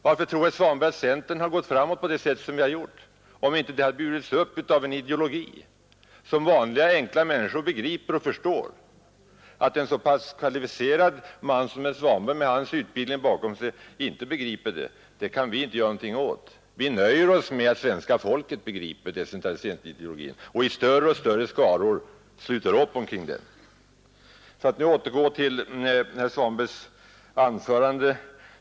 Varför tror herr Svanberg att centern har gått framåt på det sätt som den har gjort, om den inte hade burits upp av en ideologi som vanliga enkla människor förstår och sympatiserar med? Att en så pass kvalificerad man som herr Svanberg med hans utbildningsbakgrund inte begriper den kan vi inte göra någonting åt. Vi nöjer oss med att svenska folket begriper decentraliseringsideologin och i allt större skaror sluter upp omkring den. Låt oss återgå till herr Svanbergs anförande!